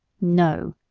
no!